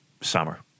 summer